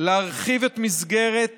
להרחיב את מסגרת